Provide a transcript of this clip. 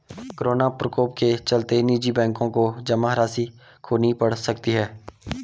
corona प्रकोप के चलते निजी बैंकों को जमा राशि खोनी पढ़ सकती है